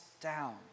down